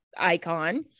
Icon